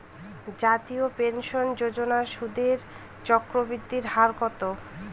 জাতীয় পেনশন যোজনার সুদের চক্রবৃদ্ধি হার কত?